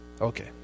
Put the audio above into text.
Okay